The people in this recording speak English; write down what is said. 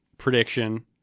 Prediction